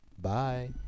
Bye